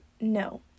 No